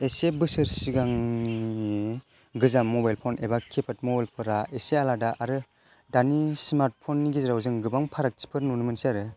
एसे बोसोर सिगांनि गोजाम मबाइल फन एबा किपेद मबाइल फोरा इसे आलादा आरो दानि स्मार्तफन नि गेजेराव जों गोबां फारागथिफोर नुनो मोनसै आरो